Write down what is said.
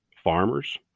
Farmers